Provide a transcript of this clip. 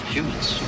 Humans